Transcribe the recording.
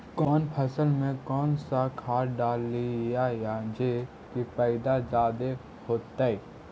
कौन फसल मे कौन सा खाध डलियय जे की पैदा जादे होतय?